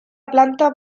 planta